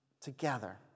together